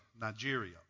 Nigeria